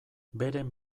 beren